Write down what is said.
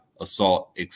assault